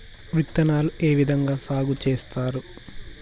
విత్తనాలు ఏ విధంగా సాగు చేస్తారు?